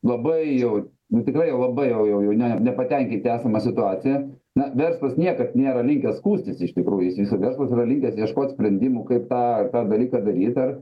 labai jau nu tikrai labai jau jau ne nepatenkinti esama situacija na verslas niekad nėra linkęs skųstis iš tikrųjų jis verslas yra linkęs ieškot sprendimų kaip tą tą dalyką daryt ar